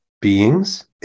beings